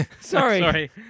Sorry